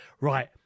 right